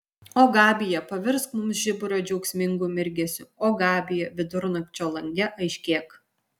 o gabija pavirsk mums žiburio džiaugsmingu mirgesiu o gabija vidurnakčio lange aiškėk